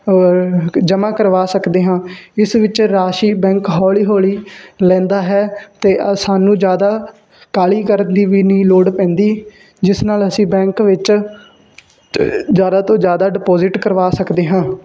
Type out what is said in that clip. ਜਮ੍ਹਾਂ ਕਰਵਾ ਸਕਦੇ ਹਾਂ ਇਸ ਵਿੱਚ ਰਾਸ਼ੀ ਬੈਂਕ ਹੌਲੀ ਹੌਲੀ ਲੈਂਦਾ ਹੈ ਅਤੇ ਅ ਸਾਨੂੰ ਜ਼ਿਆਦਾ ਕਾਹਲੀ ਕਰਨ ਦੀ ਵੀ ਨਹੀਂ ਲੋੜ ਪੈਂਦੀ ਜਿਸ ਨਾਲ ਅਸੀਂ ਬੈਂਕ ਵਿੱਚ ਤੇ ਜ਼ਿਆਦਾ ਤੋਂ ਜ਼ਿਆਦਾ ਡਿਪੋਜਿਟ ਕਰਵਾ ਸਕਦੇ ਹਾਂ